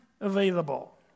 available